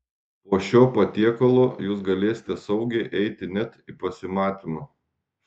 po šio patiekalo jūs galėsite saugiai eiti net į pasimatymą